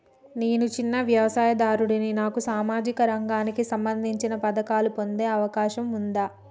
నేను చిన్న వ్యవసాయదారుడిని నాకు సామాజిక రంగానికి సంబంధించిన పథకాలు పొందే అవకాశం ఉందా?